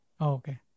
Okay